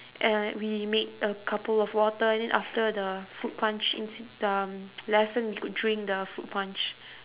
uh we make a couple of water and then after the fruit punch ins~ um the lesson we could drink the fruit punch